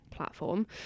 platform